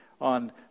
on